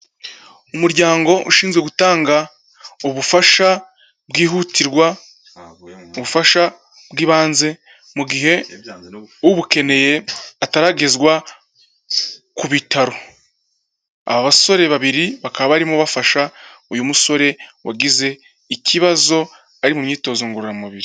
Umuryango ushinzwe gutanga ubufasha bwihutirwa, ubufasha bw'ibanze mu gihe ubukeneye ataragezwa ku bitaro, aba basore babiri bakaba barimo bafasha uyu musore wagize ikibazo ari mu myitozo ngororamubiri.